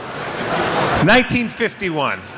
1951